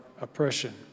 oppression